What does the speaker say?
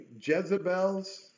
Jezebel's